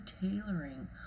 tailoring